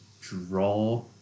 draw